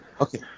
Okay